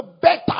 better